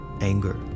Anger